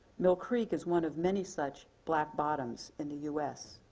mill creek is one of many such black bottoms in the us.